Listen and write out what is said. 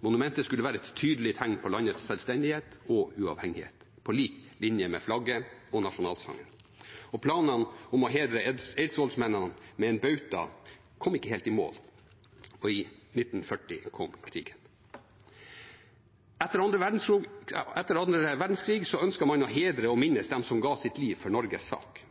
Monumentet skulle være et tydelig tegn på landets selvstendighet og uavhengighet, på lik linje med flagget og nasjonalsangen. Planene om å hedre eidsvollsmennene med en bauta kom ikke helt i mål, og i 1940 kom krigen. Etter annen verdenskrig ønsket man å hedre og minnes dem som ga sitt liv for Norges sak.